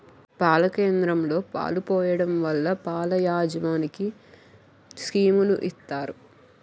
పాల కేంద్రంలో పాలు పోయడం వల్ల పాల యాజమనికి స్కీములు ఇత్తారు